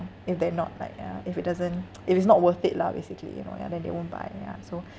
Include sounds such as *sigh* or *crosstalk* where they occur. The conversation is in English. if they're not like ya if it doesn't *noise* if it's not worth it lah basically you know ya then they won't buy ya so